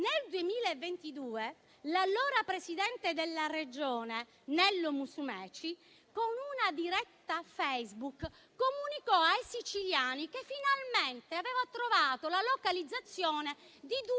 nel 2022 l'allora presidente della Regione Nello Musumeci, con una diretta Facebook, comunicò ai siciliani di aver finalmente trovato la localizzazione di due